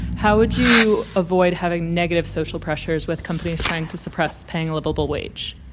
how would you avoid having negative social pressures, with companies trying to suppress paying a livable wage?